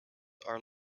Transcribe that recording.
are